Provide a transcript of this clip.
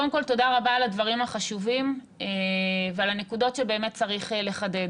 קודם כל תודה רבה על הדברים החשובים ועל הנקודות שבאמת צריך לחדד.